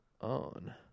on